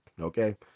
okay